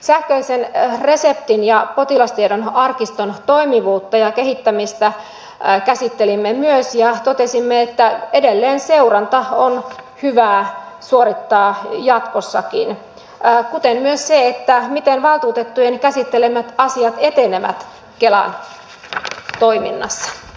sähköisen reseptin ja potilastiedon arkiston toimivuutta ja kehittämistä käsittelimme myös ja totesimme että edelleen seurantaa on hyvä suorittaa jatkossakin kuten myös sen osalta miten valtuutettujen käsittelemät asiat etenevät kelan toiminnassa